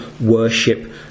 worship